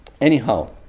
Anyhow